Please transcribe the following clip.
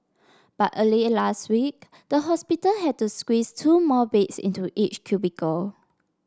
but early last week the hospital had to squeeze two more beds into each cubicle